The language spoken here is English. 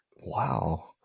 Wow